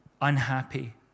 unhappy